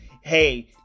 Hey